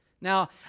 Now